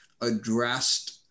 addressed